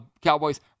Cowboys